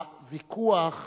הוויכוח